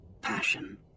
Passion